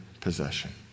possession